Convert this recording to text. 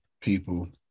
people